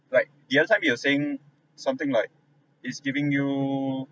like the other time you are saying something like it's giving you